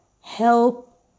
help